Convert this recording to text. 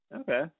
Okay